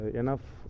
enough